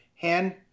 hand